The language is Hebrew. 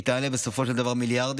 והיא תעלה בסופו של דבר מיליארדים.